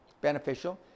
beneficial